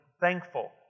thankful